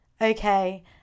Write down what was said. Okay